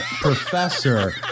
professor